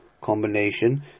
Combination